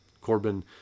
Corbin